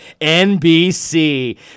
NBC